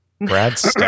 Brad's